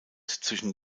zwischen